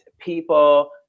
people